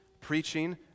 preaching